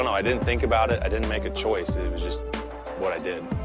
and i i didn't think about it. i didn't make a choice. it was just what i did.